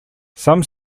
some